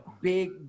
big